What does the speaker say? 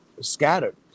scattered